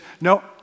no